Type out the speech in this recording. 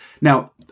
now